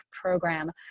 program